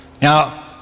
Now